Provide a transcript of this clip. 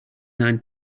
nine